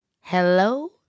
Hello